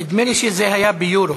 נדמה לי שזה היה ביורו.